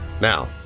Now